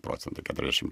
procentų keturiasdešim